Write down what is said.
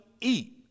eat